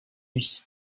nuit